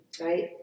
right